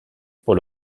pour